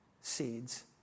seeds